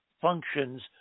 functions